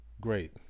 great